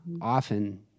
often